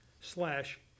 slash